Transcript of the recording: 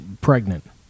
pregnant